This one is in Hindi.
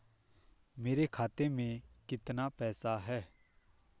मेरे खाते में कितना पैसा है?